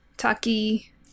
Taki